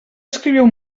escriviu